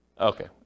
Okay